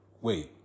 wait